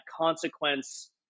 consequence